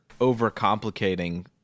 overcomplicating